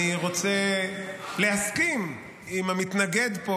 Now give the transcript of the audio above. אני רוצה להסכים עם המתנגד פה,